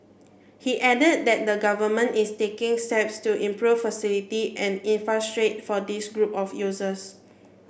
he added that the government is taking steps to improve facility and for this group of users